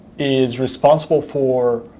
is responsible for